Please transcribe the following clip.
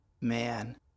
Man